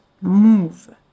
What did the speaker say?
move